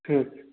ठीक छै